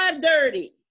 dirty